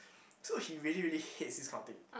so he really really hates this kind of thing